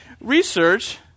research